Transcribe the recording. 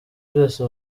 byose